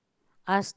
hus~